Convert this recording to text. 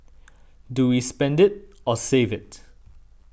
do we spend it or save it